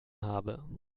habe